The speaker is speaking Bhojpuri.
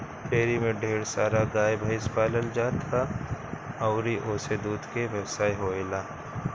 डेयरी में ढेर सारा गाए भइस पालल जात ह अउरी ओसे दूध के व्यवसाय होएला